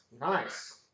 Nice